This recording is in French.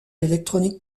électronique